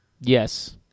Yes